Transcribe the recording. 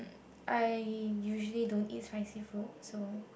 I usually don't eat spicy food so